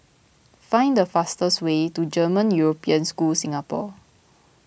find the fastest way to German European School Singapore